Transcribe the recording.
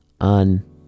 on